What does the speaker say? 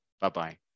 Bye-bye